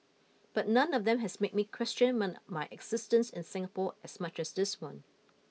but none of them has made me question my existence in Singapore as much this one